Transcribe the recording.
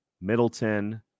Middleton